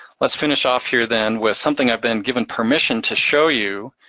let's finish off here then with something i've been given permission to show you.